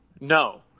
No